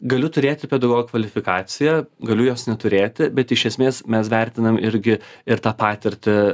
galiu turėti pedagogo kvalifikaciją galiu jos neturėti bet iš esmės mes vertinam irgi ir tą patirtį